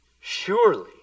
surely